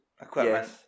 equipment